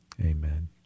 amen